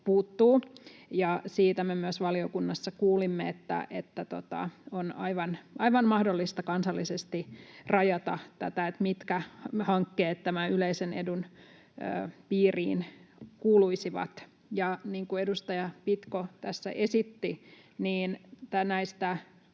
Siitä me myös valiokunnassa kuulimme, että on aivan mahdollista kansallisesti rajata tätä, mitkä hankkeet tämän yleisen edun piiriin kuuluisivat. Niin kuin edustaja Pitko tässä esitti,